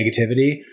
negativity